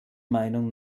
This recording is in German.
meinung